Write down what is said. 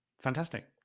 fantastic